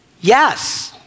Yes